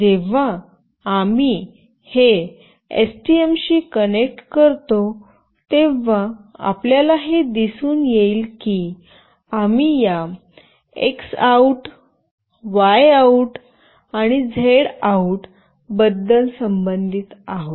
जेव्हा आम्ही हे एसटीएम शी कनेक्ट करतो तेव्हा आपल्याला हे दिसून येईल की आम्ही या X OUT Y OUT आणि Z OUT बद्दल संबंधित आहोत